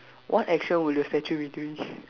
what action will your statue be doing